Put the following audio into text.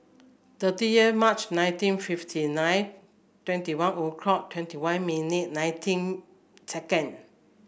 thirtieth March nineteen fifty nine twenty one o'clock twenty one minute nineteen second